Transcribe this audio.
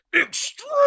Extreme